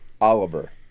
Oliver